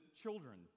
children